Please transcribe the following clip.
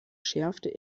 schärfte